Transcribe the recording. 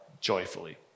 joyfully